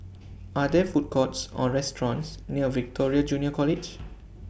Are There Food Courts Or restaurants near Victoria Junior College